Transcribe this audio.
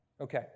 Okay